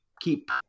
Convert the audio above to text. keep